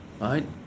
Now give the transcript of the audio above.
right